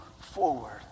forward